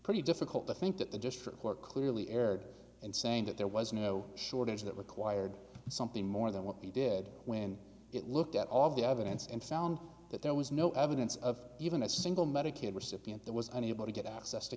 pretty difficult to think that the district court clearly erred in saying that there was no shortage that required something more than what we did when it looked at all of the evidence and found that there was no evidence of even a single medicaid recipient that was unable to get access to